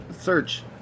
search